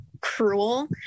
cruel